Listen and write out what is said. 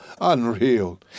Unreal